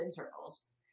intervals